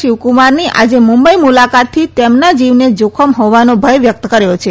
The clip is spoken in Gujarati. શિવકુમારની આજે મુંબઈ મુલાકાતથી તેમના જીવને જાખમ હોવાનો ભય વ્યક્ત કર્યો છે